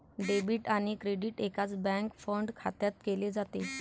debit आणि credit एकाच bank fund खात्यात केले जाते